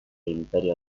imperio